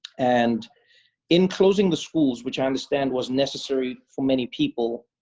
and in closing the schools, which i understand was necessary for many people,